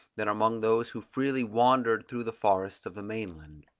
than among those who freely wandered through the forests of the main land.